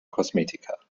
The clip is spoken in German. kosmetika